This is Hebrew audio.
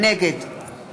נגד